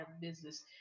business